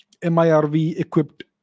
MIRV-equipped